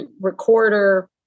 recorder